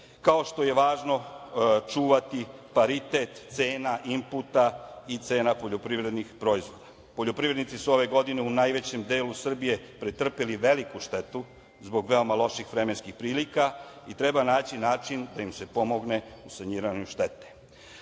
kao što je važno čuvati paritet cena, inputa i cena poljoprivrednih proizvoda. Poljoprivrednici su ove godine u najvećem delu Srbije pretrpeli veliku štetu, zbog veoma loših vremenskih prilika i treba nađi način da im se pomogne u saniranju štete. Ovaj